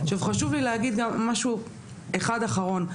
חשוב לי להגיד גם משהו אחד אחרון.